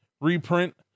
reprint